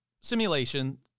simulation